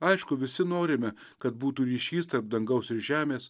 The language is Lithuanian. aišku visi norime kad būtų ryšys tarp dangaus ir žemės